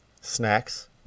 snacks